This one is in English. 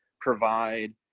provide